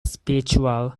spiritual